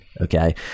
Okay